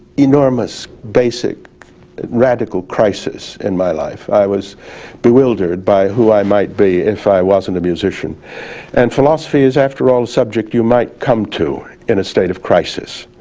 enormous basic radical crisis in my life. i was bewildered by who i might be if i wasn't a musician and philosophy is after all subject you might come to in a state of crisis.